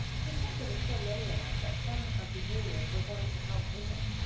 she said there were so many of us that some of the juniors were going to help take us.